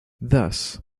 thus